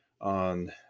on